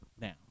Now